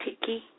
Tiki